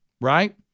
right